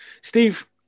Steve